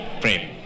frame